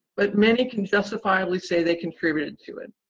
but many can justifiably say they contributed to it.